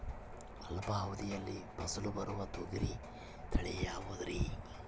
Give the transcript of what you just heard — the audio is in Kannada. ಅಲ್ಪಾವಧಿಯಲ್ಲಿ ಫಸಲು ಬರುವ ತೊಗರಿ ತಳಿ ಯಾವುದುರಿ?